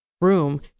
Room